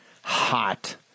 hot